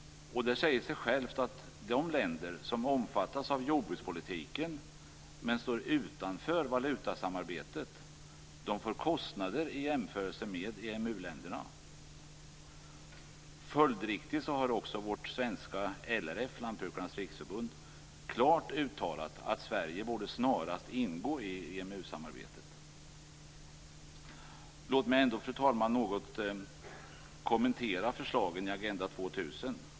Det säger sig självt att de länder som omfattas av jordbrukspolitiken, men som står utanför valutasamarbetet, får större kostnader i jämförelse med EMU-länderna. Följdriktigt har också vårt svenska LRF, Lantbrukarnas riksförbund, klart uttalat att Sverige snarast borde ingå i EMU-samarbetet. Fru talman! Låt mig ändå något kommentera förslagen i Agenda 2000.